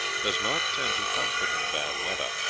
does not tend to comfort in bad weather.